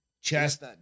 chest